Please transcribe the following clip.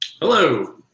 Hello